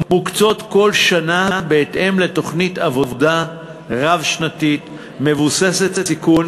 מוקצות כל שנה בהתאם לתוכנית עבודה רב-שנתית מבוססת סיכון,